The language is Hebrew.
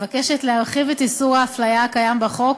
מבקשת להרחיב את איסור ההפליה הקיים בחוק